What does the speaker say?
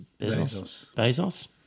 Bezos